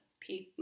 people